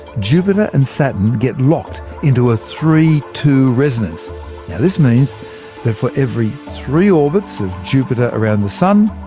jupiter and saturn get locked into a three two resonance this means that for every three orbits of jupiter around the sun,